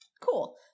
Cool